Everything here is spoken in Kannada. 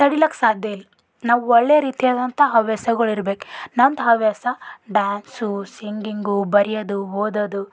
ತಡಿಲಿಕ್ಕ ಸಾಧ್ಯ ಇಲ್ಲ ನಾವು ಒಳ್ಳೆ ರೀತಿಯಾದಂಥ ಹವ್ಯಾಸಗಳು ಇರ್ಬೇಕು ನಂದು ಹವ್ಯಾಸ ಡ್ಯಾನ್ಸು ಸಿಂಗಿಂಗು ಬರ್ಯೋದು ಓದೋದು